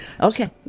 Okay